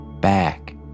back